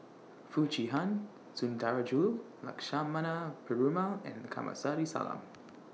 Foo Chee Han Sundarajulu Lakshmana Perumal and Kamsari Salam